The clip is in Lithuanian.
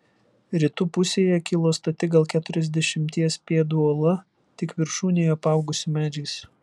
rytų pusėje kilo stati gal keturiasdešimties pėdų uola tik viršūnėje apaugusi medžiais